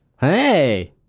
Hey